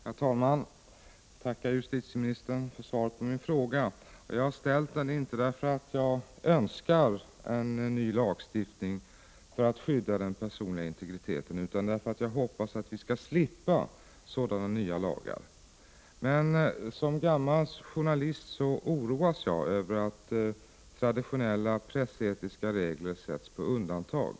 Herr talman! Jag tackar justitieministern för svaret på min fråga. Jag har ställt frågan inte därför att jag önskar en ny lagstiftning för att skydda den personliga integriteten utan därför att jag hoppas vi skall slippa sådana nya lagar. Men som gammal journalist oroas jag över att traditionella pressetiska regler sätts på undantag.